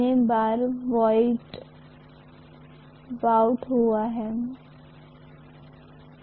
यह वही है जो मेरे चुंबकीय क्षेत्र की तीव्रता को किसी भी चीज से अनुभव करता है जिसे उस अनंत लंबे कंडक्टर से 1 मीटर की दूरी पर रखा गया है